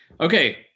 Okay